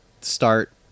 start